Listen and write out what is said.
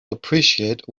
appreciate